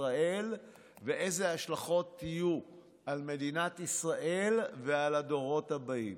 ישראל ואיזה השלכות יהיו על מדינת ישראל ועל הדורות הבאים.